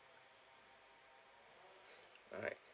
alright